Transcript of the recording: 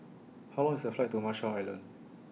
How Long IS The Flight to Marshall Islands